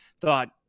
Thought